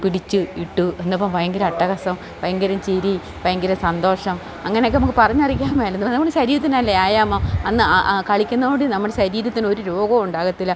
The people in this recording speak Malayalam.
പിടിച്ച് ഇട്ടു ഇന്നിപ്പം ഭയങ്കര ആട്ടഹാസവും ഭയങ്കരം ചിരി ഭയങ്കര സന്തോഷം അങ്ങനെയൊക്കെ നമുക്ക് പറഞ്ഞറിയിക്കാൻ മേല ഇതെല്ലാംകൊണ്ട് ശരീരത്തിനു നല്ല വ്യായാമം അന്ന് കളിക്കുന്നതോടുകൂടി നമ്മുടെ ശരീരത്തിന് ഒരു രോഗവും ഉണ്ടാകത്തില്ല